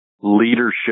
leadership